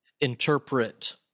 interpret